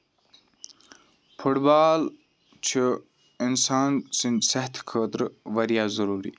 foot بال چھِ اِنسان سٕندۍ صحتہٕ خٲطرٕ واریاہ ضروٗری